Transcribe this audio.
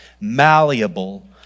malleable